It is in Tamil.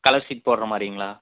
கலர் சீட் போடுகிற மாதிரிங்களா